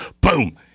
Boom